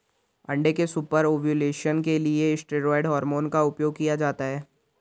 अंडे के super ovulation के लिए स्टेरॉयड हार्मोन का उपयोग किया जाता है